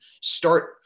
start